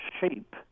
shape